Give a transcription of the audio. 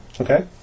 Okay